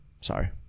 Sorry